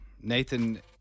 Nathan